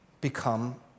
become